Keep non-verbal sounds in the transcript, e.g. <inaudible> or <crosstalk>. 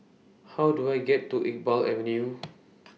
How Do I get to Iqbal Avenue <noise>